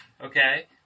okay